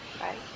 right